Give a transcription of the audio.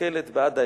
מסתכלת בעד האשנב,